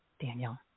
Daniel